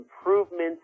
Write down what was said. improvements